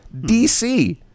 DC